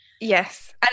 Yes